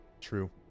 true